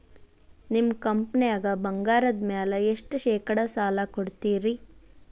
ನಿಮ್ಮ ಕಂಪನ್ಯಾಗ ಬಂಗಾರದ ಮ್ಯಾಲೆ ಎಷ್ಟ ಶೇಕಡಾ ಸಾಲ ಕೊಡ್ತಿರಿ?